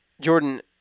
Jordan